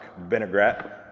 vinaigrette